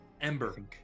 Ember